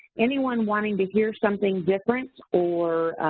anyone wanting to hear something different or